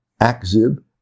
Akzib